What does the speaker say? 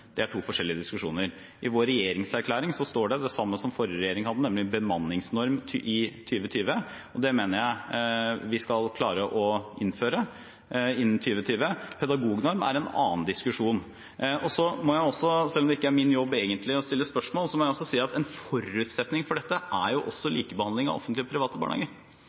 I vår regjeringserklæring står det det samme som forrige regjering hadde, nemlig at vi ønsker en bemanningsnorm i 2020. Det mener jeg vi skal klare å innføre innen 2020. Pedagognorm tilhører en annen diskusjon. Så må jeg også – selv om det egentlig ikke er min jobb å stille spørsmål – si at en forutsetning for dette er likebehandling av offentlige og private barnehager.